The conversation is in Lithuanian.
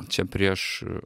čia prieš